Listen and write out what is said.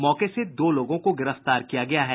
मौके से दो लोगों को गिरफ्तार किया गया है